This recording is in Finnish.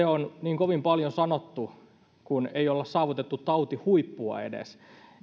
on niin kovin paljon sanottu että tämä on hallinnassa kun ei ole saavutettu tautihuippua edes